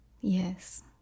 yes